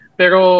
pero